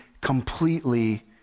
completely